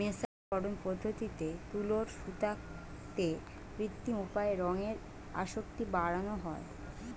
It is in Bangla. মের্সারিকরন পদ্ধতিতে তুলোর সুতোতে কৃত্রিম উপায়ে রঙের আসক্তি বাড়ানা হয়